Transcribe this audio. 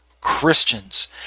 christians